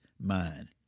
mind